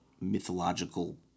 mythological